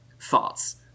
thoughts